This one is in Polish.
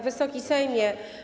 Wysoki Sejmie!